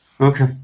Okay